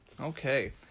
Okay